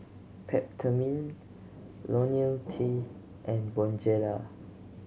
Peptamen Ionil T and Bonjela